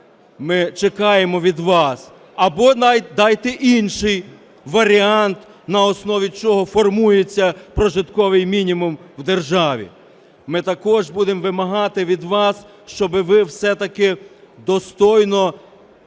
Ми чекаємо від вас або дайте інший варіант, на основі чого формується прожитковий мінімум в державі. Ми також будемо вимагати від вас, щоби ви все-таки достойно